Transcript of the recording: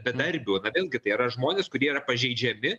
bedarbių vėlgi tai yra žmonės kurie yra pažeidžiami